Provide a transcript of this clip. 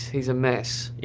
he's a mess. he